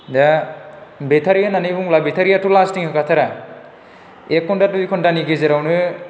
दा बेटारि होननानै बुङोब्ला बेटारियाथ' लास्टिं होखाथारा एक घन्टा दुइ घन्टानि गेजेरावनो